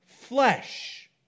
flesh